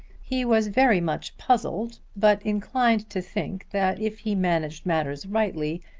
he was very much puzzled but inclined to think that if he managed matters rightly,